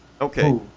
Okay